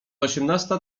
osiemnasta